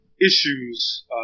issues